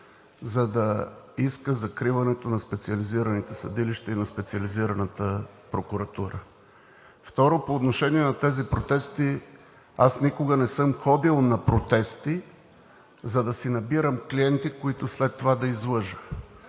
за да иска закриването на специализираните съдилища и на Специализираната прокуратура? Второ, по отношение на тези протести – никога не съм ходил на протести, за да си набирам клиенти, които след това да излъжа.